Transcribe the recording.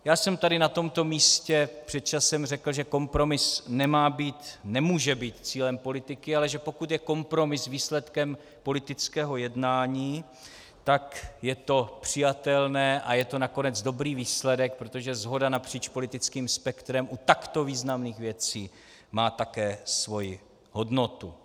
Já jsem tady na tomto místě před časem řekl, že kompromis nemůže být cílem politiky, ale že pokud je kompromis výsledkem politického jednání, je to přijatelné a je to nakonec dobrý výsledek, protože shoda napříč politickým spektrem u takto významných věcí má také svoji hodnotu.